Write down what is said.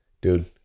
Dude